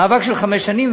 מאבק של חמש שנים,